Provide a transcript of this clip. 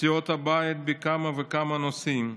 סיעות הבית בכמה וכמה נושאים,